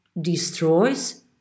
destroys